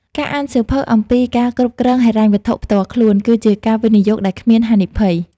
ការអានសៀវភៅអំពី "ការគ្រប់គ្រងហិរញ្ញវត្ថុផ្ទាល់ខ្លួន" គឺជាការវិនិយោគដែលគ្មានហានិភ័យ។